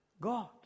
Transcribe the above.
God